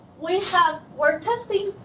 we have we're testing